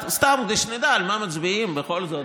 סתם כדי שנדע על מה מצביעים בכל זאת.